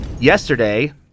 yesterday